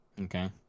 Okay